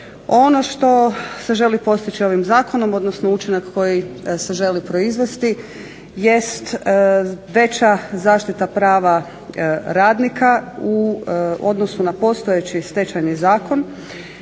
Ono što se želi postići ovim Zakonom, odnosno učinak koji se želi proizvesti jest veća zaštita prava radnika u odnosu na postojeći Stečajni zakon.